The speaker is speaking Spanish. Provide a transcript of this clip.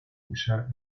usar